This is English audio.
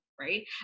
right